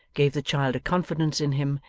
gave the child a confidence in him,